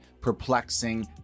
perplexing